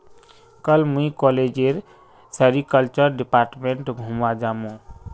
कल मुई कॉलेजेर सेरीकल्चर डिपार्टमेंट घूमवा जामु